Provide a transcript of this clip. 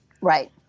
Right